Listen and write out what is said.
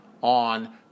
on